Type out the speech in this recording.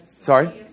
Sorry